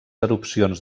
erupcions